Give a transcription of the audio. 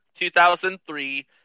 2003